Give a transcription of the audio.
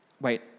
wait